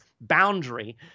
boundary